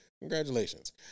Congratulations